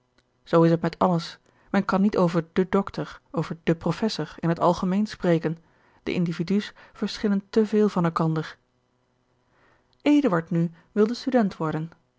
zoo is het met alles men kan niet over den doctor over den professor in het algemeen spreken de individus verschillen te veel van elkander eduard nu wilde student worden